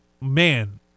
man